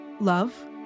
love